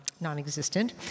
non-existent